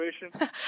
situation